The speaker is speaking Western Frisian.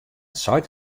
seit